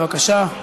בבקשה.